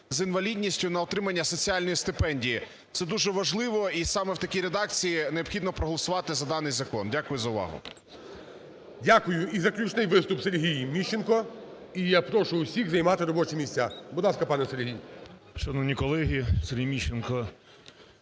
з інвалідністю на отримання соціальної стипендії. Це дуже важливо і саме у такій редакції необхідно проголосувати за даний закон. Дякую за увагу. ГОЛОВУЮЧИЙ. Дякую. І заключний виступ - Сергій Міщенко. І я прошу всіх займати робочі місця. Будь ласка, пане Сергію.